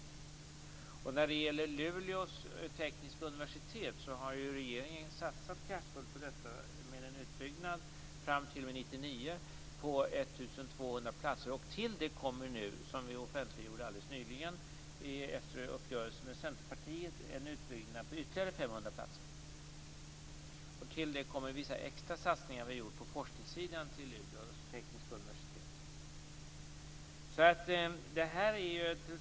Regeringen har satsat kraftfullt på Luleå tekniska universitet med en utbyggnad fram till 1999 på 1 200 platser. Till det kommer - som offentliggjordes nyligen efter en uppgörelse med Centerpartiet - en utbyggnad på ytterligare 500 platser. Till det kommer vissa extra satsningar på forskningssidan till Luleå tekniska universitet.